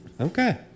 Okay